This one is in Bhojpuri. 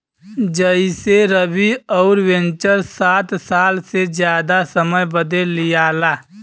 जइसेरवि अउर वेन्चर सात साल से जादा समय बदे लिआला